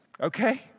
Okay